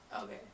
Okay